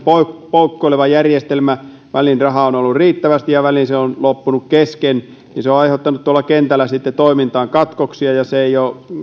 poukkoileva järjestelmä väliin rahaa on on ollut riittävästi ja väliin se on loppunut kesken se on sitten aiheuttanut tuolla kentällä toimintaan katkoksia ja järjestelmä ei